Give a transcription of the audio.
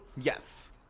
Yes